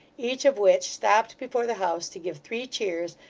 each of which stopped before the house to give three cheers,